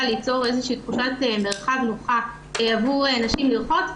ליצור איזושהי תחושת מרחב נוחה עבור נשים לרחוץ,